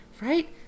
right